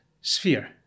sphere